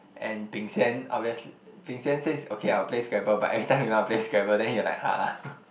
and Bing-Xian obvious Bing-Xian says okay I'll play scrabble but every time we want to play scrabble then he like !huh!